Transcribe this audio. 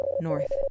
north